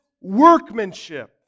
workmanship